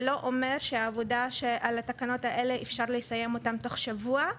זה לא אומר שהעבודה על התקנות האלה אפשר לסיים אותה תוך שבוע.